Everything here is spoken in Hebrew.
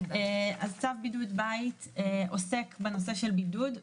צו בידוד בית עוסק בנושא של בידוד.